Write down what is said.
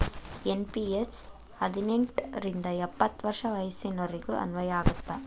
NPS ಹದಿನೆಂಟ್ ರಿಂದ ಎಪ್ಪತ್ ವರ್ಷ ವಯಸ್ಸಿನೋರಿಗೆ ಅನ್ವಯ ಆಗತ್ತ